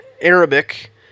Arabic